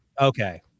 Okay